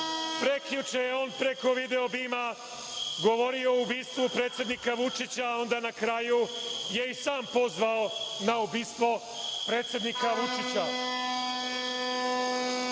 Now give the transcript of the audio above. penzionere, preko video-bima govorio o ubistvu predsednika Vučića i na kraju je i sam pozvao na ubistvo predsednika Vučića.